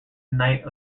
knight